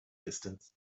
distance